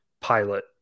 pilot